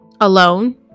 Alone